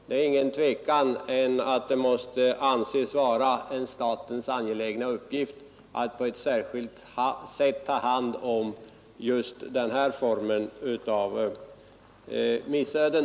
Det är inget tvivel om att det måste anses vara en statens angelägna uppgift att på ett särskilt sätt ersätta skador vid just den här formen av missöden.